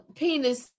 penis